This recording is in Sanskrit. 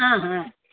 आ हा